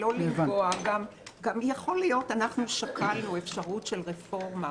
אנחנו שקלנו אפשרות של רפורמה